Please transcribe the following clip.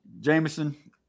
Jameson